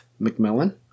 McMillan